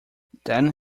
then